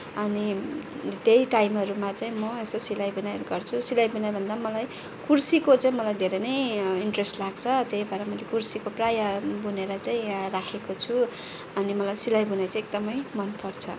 अनि त्यही टाइमहरूमा चाहिँ म यसो सिलाइ बुनाइहरू गर्छु सिलाइ बुनाइ भन्दा पनि मलाई कुर्सीको चाहिँ मलाई धेरै नै इन्ट्रेस्ट लाग्छ त्यही भएर मैले कुर्सीको प्रायः बुनेर चाहिँ राखेको छु अनि मलाई सिलाइ बुनाइ चाहिँ एकदमै मनपर्छ